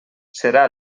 serà